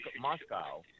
Moscow